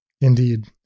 Indeed